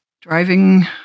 driving